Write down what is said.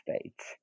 States